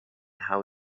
how